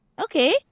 Okay